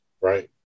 right